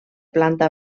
planta